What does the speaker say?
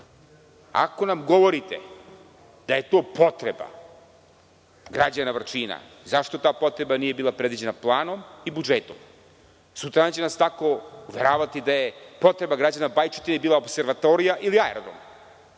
ako nam govorite da je to potreba građana Vrčina, zašto ta potreba nije bila predviđena planom i budžetom? Sutradan će nas tako uveravati da je potreba građana Bajčetine bila opservatorijum ili aerodrom,